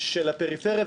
של הפריפריה.